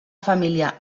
família